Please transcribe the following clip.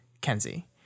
Kenzie